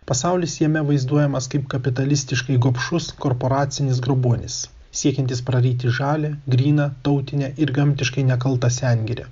pasaulis jame vaizduojamas kaip kapitalistiškai gobšus korporacinis grobuonis siekiantis praryti žalią gryną tautinę ir gamtiškai nekaltą sengirę